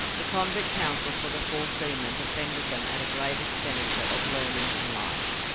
the convict counsel for the four seamen defended them at a great expenditure of learning and lies.